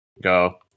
go